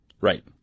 Right